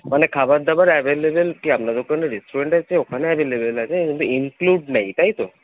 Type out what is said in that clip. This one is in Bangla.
মানে খাবার দাবার অ্যাভেলেবেল কী আপনাদের ওখানে রেস্টুরেন্ট আছে ওখানে অ্যাভেলেবেল আছে কিন্তু ইনক্লুড নেই তাই তো